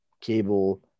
cable